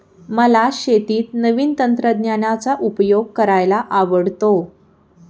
मला शेतीत नवीन तंत्रज्ञानाचा उपयोग करायला आवडतो